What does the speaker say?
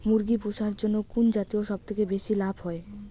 মুরগি পুষার জন্য কুন জাতীয় সবথেকে বেশি লাভ হয়?